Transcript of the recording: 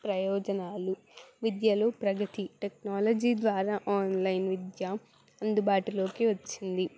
ప్రయోజనాలు విద్యలో ప్రగతి టెక్నాలజీ ద్వారా ఆన్లైన్ విద్య అందుబాటులోకి వచ్చింది